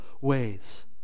ways